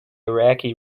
iraqi